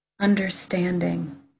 understanding